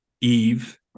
Eve